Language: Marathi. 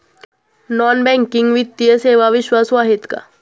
नॉन बँकिंग वित्तीय सेवा विश्वासू आहेत का?